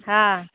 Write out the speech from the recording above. हाँ